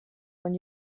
when